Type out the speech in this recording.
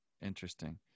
interesting